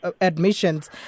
admissions